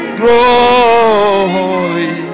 glory